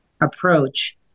approach